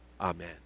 Amen